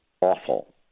awful